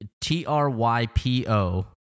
T-R-Y-P-O